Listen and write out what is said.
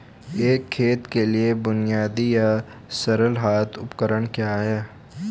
एक खेत के लिए बुनियादी या सरल हाथ उपकरण क्या हैं?